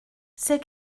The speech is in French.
ces